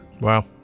wow